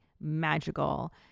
magical